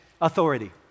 authority